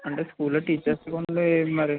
అంటే స్కూలులో టీచర్స్ ఉండి మరి